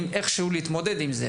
איכשהו יכולים להתמודד עם זה,